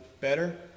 better